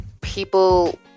people